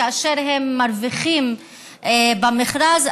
כאשר הם מרוויחים במכרז,